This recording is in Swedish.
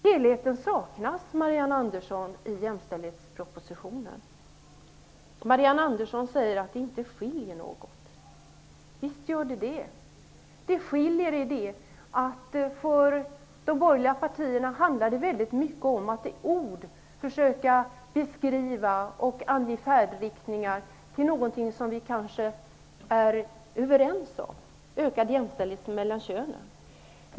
Helheten saknas, Marianne Andersson, i jämställdhetspropositionen. Marianne Andersson säger att våra mål inte skiljer sig åt. Visst finns sådana skillnader. En sådan är att det för de borgerliga partierna handlar mycket om att i ord försöka beskriva och ange färdriktningar för något som vi kanske är överens om, nämligen ökad jämställdhet mellan könen.